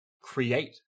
create